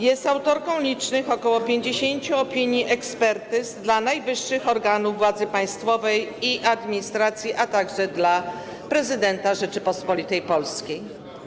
Jest autorką licznych, ok. 50 opinii i ekspertyz dla najwyższych organów władzy państwowej i administracji, a także dla prezydenta Rzeczypospolitej Polskiej.